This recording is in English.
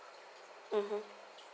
mmhmm